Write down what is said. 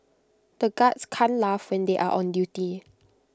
the guards can't laugh when they are on duty